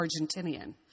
Argentinian